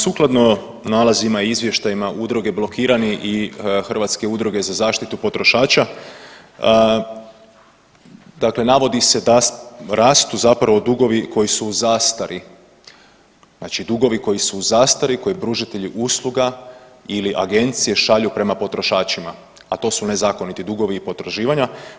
Sukladno nalazima i izvještajima udruge Blokirani i Hrvatske udruge za zaštitu potrošača, dakle navodi se da rastu zapravo dugovi koji su u zastari, znači dugovi koji su u zastari, koji pružatelji usluga ili agencije šalju prema potrošačima, a to su nezakoniti dugovi i potraživanja.